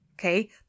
Okay